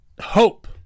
hope